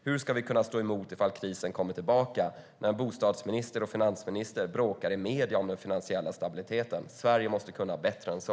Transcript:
Hur ska vi kunna stå emot ifall krisen kommer tillbaka, när bostadsministern och finansministern bråkar i medierna om den finansiella stabiliteten? Sverige måste kunna bättre än så.